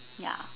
ya